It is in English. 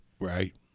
right